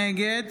נגד